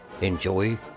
Enjoy